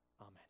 Amen